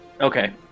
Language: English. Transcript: Okay